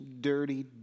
dirty